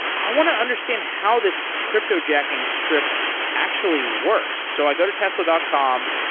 i want to understand how this cryptojacking script actually works. so i go to tesla dot com,